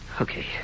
Okay